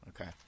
okay